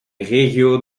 regio